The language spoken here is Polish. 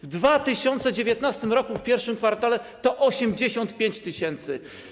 W 2019 r. w pierwszym kwartale było 85 tys.